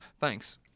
Thanks